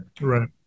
Right